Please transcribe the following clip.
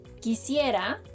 Quisiera